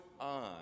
on